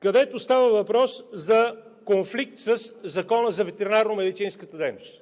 където става въпрос за конфликт със Закона за ветеринарно-медицинската дейност.